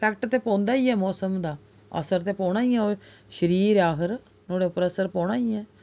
fact ते पौंदा गै ऐ मौसम दा असर ते पौना गै ऐ शरीर ऐ आखर नुहाड़े उप्पर असर पौना गै ऐ